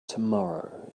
tomorrow